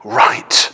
right